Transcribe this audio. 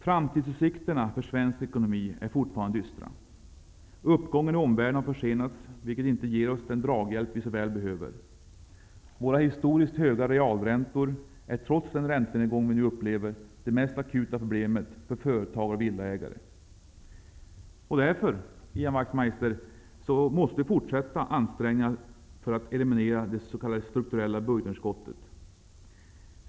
Framtidsutsikterna för svensk ekonomi är fortfarande dystra. Uppgången i omvärlden har försenats, vilket inte ger oss den draghjälp vi så väl behöver. Våra historiskt höga realräntor är, trots den räntenedgång vi nu upplever, det mest akuta problemet för företagare och villaägare. Därför, Ian Wachtmeister, måste vi fortsätta ansträngningarna att eliminera det s.k. strukturella budgetunderskottet.